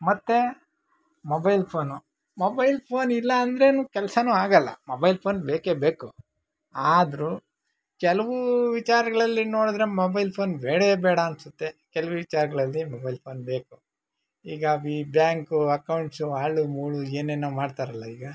ಮತ್ತು mobile phone mobile phone ಇಲ್ಲಾಂದ್ರೆನೂ ಕೆಲಸನೂ ಆಗೋಲ್ಲ ಮೊಬೈಲ್ ಫೋನ್ ಬೇಕೇ ಬೇಕು ಆದರೂ ಕೆಲವು ವಿಚಾರಗಳಲ್ಲಿ ನೋಡಿದ್ರೆ ಮೊಬೈಲ್ ಫೋನ್ ಬೇಡವೇ ಬೇಡ ಅನಿಸುತ್ತೆ ಕೆಲ್ವು ವಿಚಾರಗಳಲ್ಲಿ ಮೊಬೈಲ್ ಫೋನ್ ಬೇಕು ಈಗ ಈ ಬ್ಯಾಂಕು ಅಕೌಂಟ್ಸು ಹಾಳು ಮೂಳು ಏನೇನೋ ಮಾಡ್ತಾರಲ್ಲ ಈಗ